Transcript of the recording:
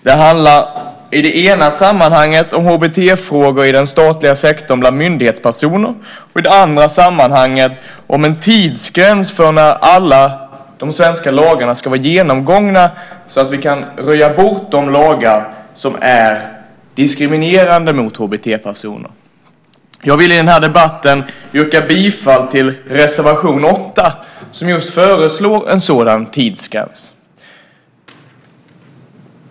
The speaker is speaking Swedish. Det handlar dels om HBT-frågor i den statliga sektorn, bland myndighetspersoner, dels om en tidsgräns för när samtliga svenska lagar ska vara genomgångna så att vi kan röja undan de lagar som är diskriminerande mot HBT-personer. Jag vill yrka bifall till reservation 8, som föreslår just en sådan tidsgräns.